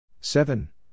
Seven